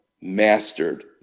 mastered